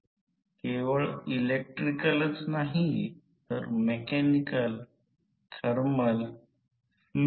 तर V2 0 V2V2 वास्तविकपणे Z V2 V2I2 प्रमाणेच असेल